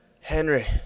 Henry